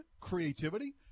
creativity